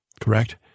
Correct